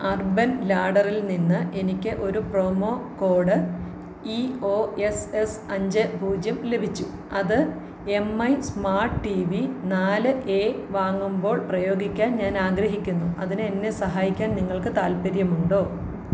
urban ലാഡ്ഡറിൽനിന്ന് എനിക്ക് ഒരു promo code E O S S അഞ്ച് പൂജ്യം ലഭിച്ചു അത് M I smart T V നാല് എ വാങ്ങുമ്പോൾ പ്രയോഗിക്കാൻ ഞാൻ ആഗ്രഹിക്കുന്നു അതിന് എന്നെ സഹായിക്കാൻ നിങ്ങൾക്ക് താൽപ്പര്യമുണ്ടോ